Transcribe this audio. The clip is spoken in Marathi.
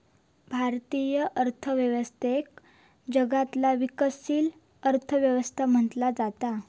भारतीय अर्थव्यवस्थेक जगातला विकसनशील अर्थ व्यवस्था म्हटला जाता